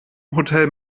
hotel